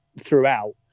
throughout